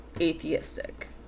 atheistic